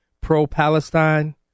pro-Palestine